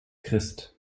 christ